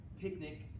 picnic